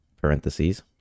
parentheses